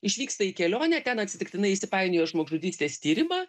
išvyksta į kelionę ten atsitiktinai įsipainioja į žmogžudystės tyrimą